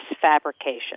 fabrication